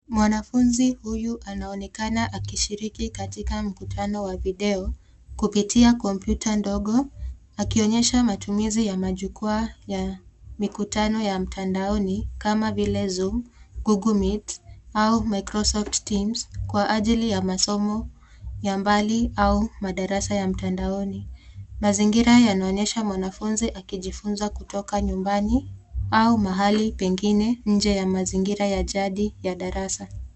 Mwanafunzi huyu anaonekana akishiriki katika mkutano wa video kupitia kompyuta ndogo akionyesha matumizi ya majukwaa ya mikutano ya mtandaoni kama vile Zoom, Google meet au Microsoft teams kwa ajili ya masomo ya mbali au madarasa ya mtandaoni. Mazingira yanaonyesha mwanafunzi akijifunza kutoka nyumbani au mahali pengine nje ya mazingira ya jadi ya darasa.